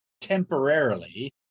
temporarily